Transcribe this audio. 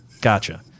gotcha